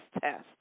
test